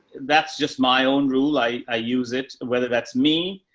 that's just my own rule. i i use it whether that's me,